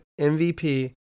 MVP